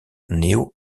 néo